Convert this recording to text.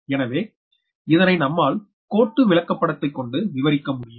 எனவே இதனை நம்மால் கோட்டு விளக்கப்படத்தை கொண்டு விவரிக்க முடியும்